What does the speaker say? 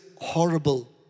horrible